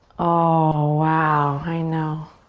oh, wow. i know.